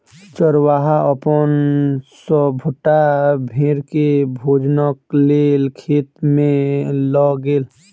चरवाहा अपन सभटा भेड़ के भोजनक लेल खेत में लअ गेल